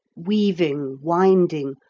weaving, winding,